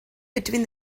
between